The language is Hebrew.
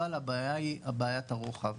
אבל הבעיה היא בעיית הרוחב.